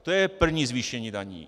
To je první zvýšení daní.